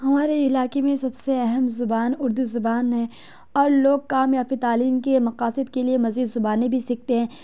ہمارے علاقے میں سب سے اہم زبان اردو زبان ہے اور لوگ کام یا پھر تعلیم کے مقاصد کے لیے مزید زبانیں بھی سیکھتے ہیں